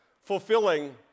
fulfilling